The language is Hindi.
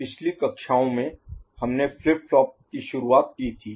पिछली कक्षाओं में हमने फ्लिप फ्लॉप की शुरुआत की थी